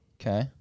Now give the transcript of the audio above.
Okay